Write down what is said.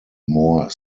more